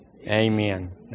Amen